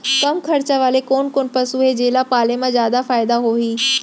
कम खरचा वाले कोन कोन पसु हे जेला पाले म जादा फायदा होही?